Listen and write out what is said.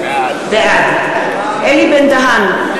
בעד אלי בן-דהן,